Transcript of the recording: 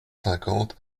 cinquante